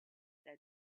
said